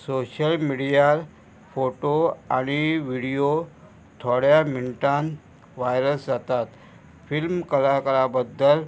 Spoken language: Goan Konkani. सोशल मिडियार फोटो आनी विडियो थोड्या मिनटान व्हायरस जातात फिल्म कलाकारा बद्दल